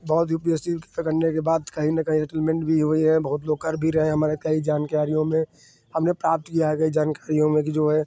बहुत U P S C करने के बाद कहीं न कहीं सेटलमेन्ट भी हुए हैं बहुत लोग कर भी रहे हैं हमारे कई जानकारियों में हमने प्राप्त किया है कई जानकारियों में कि जो है